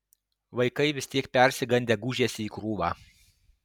vaikai vis tiek persigandę gūžėsi į krūvą